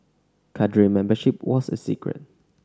cadre membership was a secret